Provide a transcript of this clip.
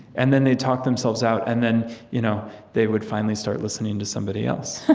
and then they talked themselves out, and then you know they would finally start listening to somebody else